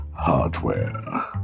Hardware